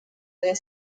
their